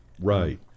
Right